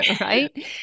right